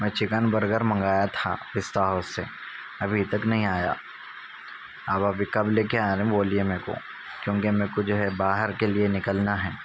میں chicken burger منگایا تھا پستا ہاؤس سے ابھی تک نہیں آیا آپ ابھی کب لے کے آ رہے ہیں بولیے میرے کو کیونکہ میرے کو جو ہے باہر کے لیے نکلنا ہے